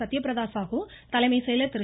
சத்யபிரத சாகு தலைமை செயலர் திரு